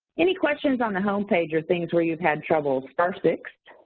any questions on the homepage or things where you've had trouble? star six.